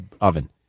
oven